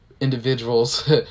individuals